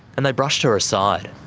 and they brushed her aside.